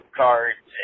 cards